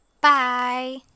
bye